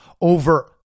over